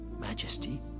Majesty